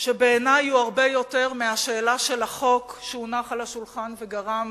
דבר שבעיני הוא הרבה יותר מהשאלה של החוק שהונח על השולחן וגרם